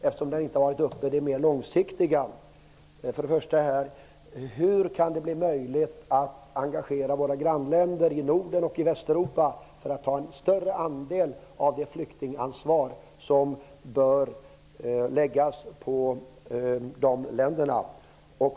För det första: Hur kan man engagera våra grannländer i Norden och i Västeuropa så att de tar en större andel av det flyktingansvar som bör läggas på dem?